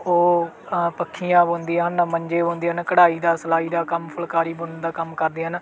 ਉਹ ਪੱਖੀਆਂ ਬੁਣਦੀਆਂ ਹਨ ਮੰਜੇ ਬੁਣਦੀਆਂ ਹਨ ਕਢਾਈ ਦਾ ਸਿਲਾਈ ਦਾ ਕੰਮ ਫੁਲਕਾਰੀ ਬੁਣਨ ਦਾ ਕੰਮ ਕਰਦੀਆਂ ਹਨ